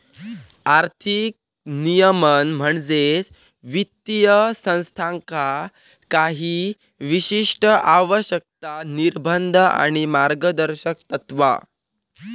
आर्थिक नियमन म्हणजे वित्तीय संस्थांका काही विशिष्ट आवश्यकता, निर्बंध आणि मार्गदर्शक तत्त्वा